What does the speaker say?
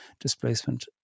displacement